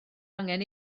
angen